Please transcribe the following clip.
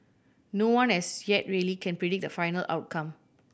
no one as yet really can predict the final outcome